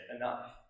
enough